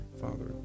Father